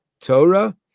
Torah